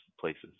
places